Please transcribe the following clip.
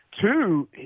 Two